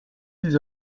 des